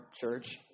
church